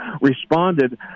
responded